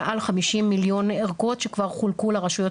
מעל 50 מיליון ערכות שכבר חולקו לרשויות